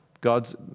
God's